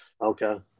Okay